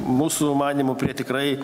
mūsų manymu prie tikrai